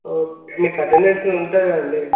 okay మీకు attendance ఉంటుంది కదండి